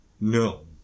No